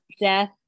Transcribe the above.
death